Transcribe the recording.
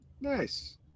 nice